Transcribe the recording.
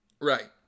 right